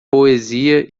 poesia